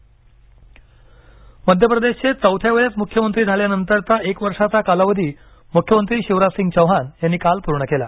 मध्यप्रदेश मध्यप्रदेशचे चौथ्या वेळेस मुख्यमंत्री झाल्यानंतरचा एक वर्षाचा कालावधी मुख्यमंत्री शिवराज सिंग चौहान यांनी काल पूर्ण केला